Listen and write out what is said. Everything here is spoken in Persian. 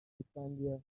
اسفندیار